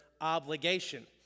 obligation